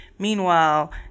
Meanwhile